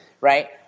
right